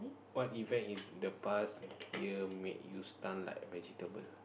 what event in the past you make you stun like vegetable